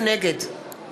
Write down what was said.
נגד